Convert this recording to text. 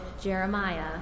Jeremiah